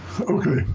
Okay